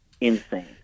Insane